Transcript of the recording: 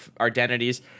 identities